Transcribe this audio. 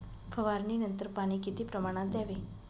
फवारणीनंतर पाणी किती प्रमाणात द्यावे?